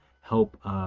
help